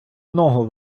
ногу